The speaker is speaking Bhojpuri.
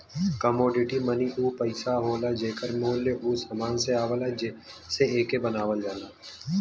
कमोडिटी मनी उ पइसा होला जेकर मूल्य उ समान से आवला जेसे एके बनावल जाला